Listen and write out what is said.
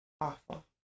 awful